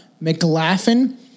McLaughlin